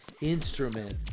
instrument